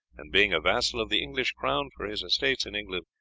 and being a vassal of the english crown for his estates in england,